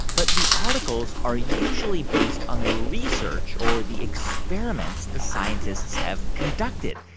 but the articles are usually based on the research or the experiments the scientists have conducted.